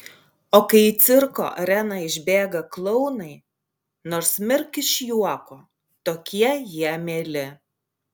o kai į cirko areną išbėga klounai nors mirk iš juoko tokie jie mieli